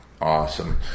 awesome